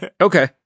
Okay